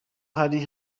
hari